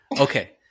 Okay